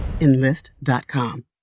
Enlist.com